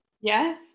Yes